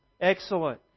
Excellent